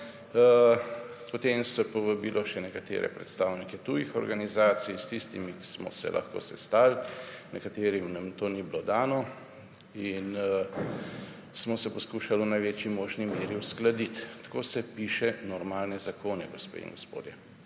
Potem se je povabilo še nekatere predstavnike tujih organizacij, s tistimi, s katerimi smo se lahko sestali, nekaterim nam to ni bilo dano, in smo se poskušali v največji možni meri uskladiti. Tako se pišejo normalni zakoni, gospe in gospodje.